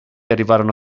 arrivarono